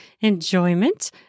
enjoyment